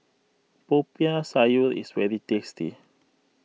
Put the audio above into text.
Popiah Sayur is very tasty